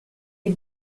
est